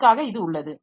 அதற்காக இது உள்ளது